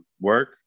work